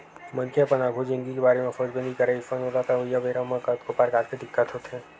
मनखे मन अपन आघु जिनगी के बारे म सोचबे नइ करय अइसन ओला अवइया बेरा म कतको परकार के दिक्कत होथे